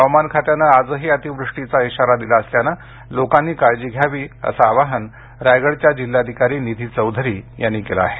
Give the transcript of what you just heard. हवामान खात्यानं आजही अतिवृष्टीचा इशारा दिला असल्यानं लोकांनी काळजी घ्यावी असं आवाहन रायगडच्या जिल्हाधिकारी निधी चौधरी यांनी केलं आहे